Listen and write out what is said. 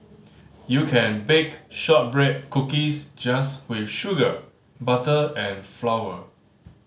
you can bake shortbread cookies just with sugar butter and flour